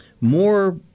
more